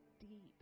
deep